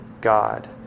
God